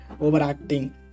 overacting